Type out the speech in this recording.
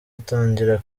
atangira